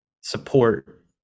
support